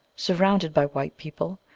surrounded by white people,